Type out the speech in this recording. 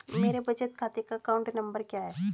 मेरे बचत खाते का अकाउंट नंबर क्या है?